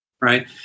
right